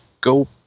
go